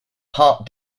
hart